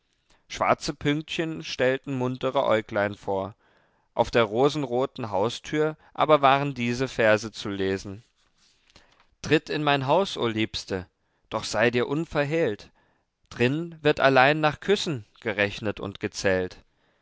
schwarze pünktchen stellten muntere äuglein vor auf der rosenroten haustür aber waren diese verse zu lesen tritt in mein haus o liebste doch sei dir unverhehlt drin wird allein nach küssen gerechnet und gezählt